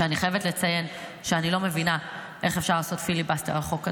ואני חייבת לציין שאני לא מבינה איך אפשר לעשות פיליבסטר על חוק כזה.